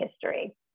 history